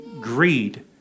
greed